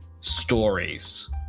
stories